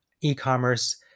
e-commerce